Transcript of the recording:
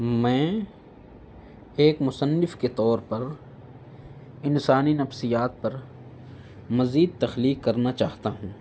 میں ایک مصنف کے طور پر انسانی نفسیات پر مزید تخلیق کرنا چاہتا ہوں